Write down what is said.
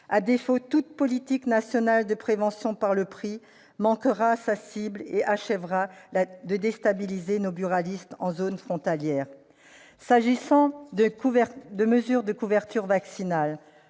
À défaut, toute politique nationale de prévention par le prix manquera sa cible et achèvera de déstabiliser nos buralistes en zone frontalière. Pour ce qui concerne les mesures de couverture vaccinale,